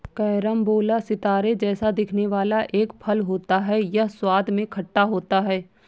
carambola सितारे जैसा दिखने वाला एक फल होता है यह स्वाद में खट्टा होता है